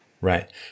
Right